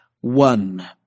one